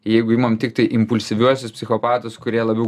jeigu imam tiktai impulsyviuosius psichopatus kurie labiau